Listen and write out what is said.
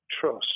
trust